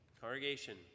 Congregation